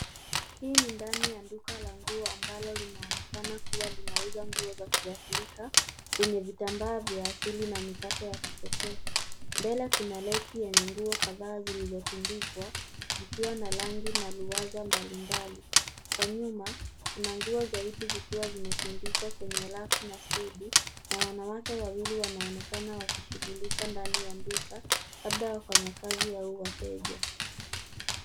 Hii ni ndani ya duka la nguo ambalo linaonekana kuwa linauza nguo za kiafrika zenye vitambaa vya asili na mikato ya kipekee. Mbele kuna halaiki yenye nguo kadhaa zilizotundikwa zikiwa na rangi na liwaza mbalimbali. Kwa nyuma kuna nguo zaidi zikiwa zimetundikwa kwenye rafu na stendi na wanawake wawili wanaonekana wakishughulika ndani ya duka labda wafanyakazi au wateja.